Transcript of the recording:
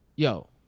Yo